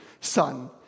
son